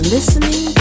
listening